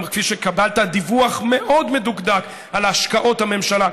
כפי שקיבלת דיווח מאוד מדוקדק על השקעות הממשלה,